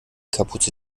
kapuze